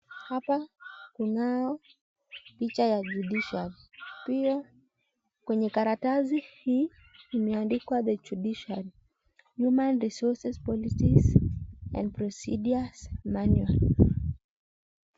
Hapa kunayo picha ya judisiary , pia kwenye karatasi hii ieandikwa the jurdiciary human resources policies and procedures manual .